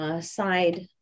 side